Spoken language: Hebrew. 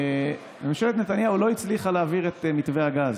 וממשלת נתניהו לא הצליחה להעביר את מתווה הגז,